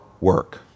work